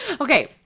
okay